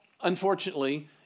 unfortunately